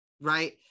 Right